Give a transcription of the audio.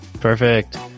perfect